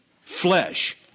flesh